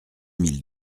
mille